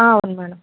అవును మేడమ్